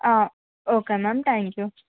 okay ma'am thank you